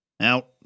Out